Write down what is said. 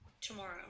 tomorrow